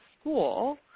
school